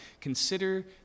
Consider